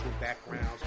backgrounds